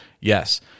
yes